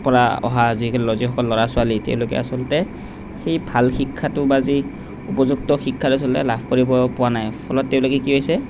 পৰা অহা যিসকল ল যিসকল ল'ৰা ছোৱালী তেওঁলোকে আচলতে সেই ভাল শিক্ষাটো বা যে এই উপযুক্ত শিক্ষাটো আচলতে লাভ কৰিব পোৱা নাই ফলত তেওঁলোকে কি হৈছে